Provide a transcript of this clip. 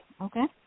okay